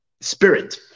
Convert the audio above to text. Spirit